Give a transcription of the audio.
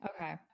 Okay